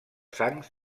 sangs